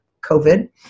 COVID